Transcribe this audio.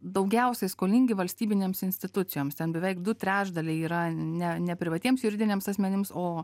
daugiausiai skolingi valstybinėms institucijoms ten beveik du trečdaliai yra ne ne privatiems juridiniams asmenims o